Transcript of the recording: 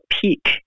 Peak